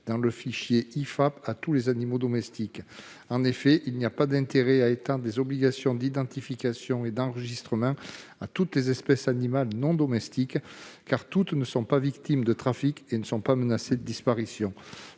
sauvage protégée (I-FAP), de tous les animaux non domestiques. En effet, il n'y a pas d'intérêt à étendre les obligations d'identification et d'enregistrement à toutes les espèces animales non domestiques, car toutes ne sont pas victimes de trafic ou menacées de disparition.